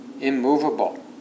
immovable